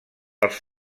els